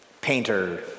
painter